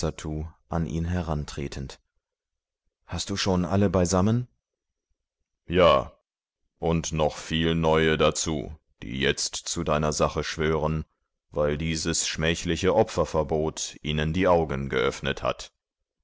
an ihn herantretend hast du schon alle beisammen ja und noch viel neue dazu die jetzt zu deiner sache schwören weil dieses schmähliche opferverbot ihnen die augen geöffnet hat